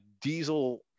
diesel